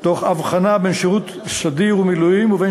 תוך הבחנה בין שירות סדיר ומילואים ובין